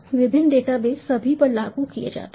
विभिन्न डेटाबेस सभी पर लागू किए जाते हैं